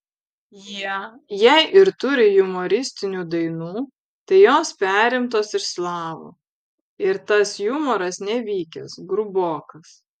jie jei ir turi jumoristinių dainų tai jos perimtos iš slavų ir tas jumoras nevykęs grubokas